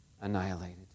annihilated